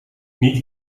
niet